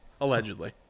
Allegedly